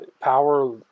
power